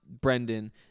Brendan